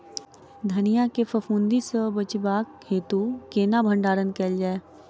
धनिया केँ फफूंदी सऽ बचेबाक हेतु केना भण्डारण कैल जाए?